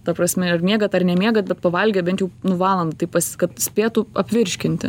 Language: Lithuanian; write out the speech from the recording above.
ta prasme ar miegat ar nemiegat bet pavalgę bent jau nu valandą taip pas kad spėtų apvirškinti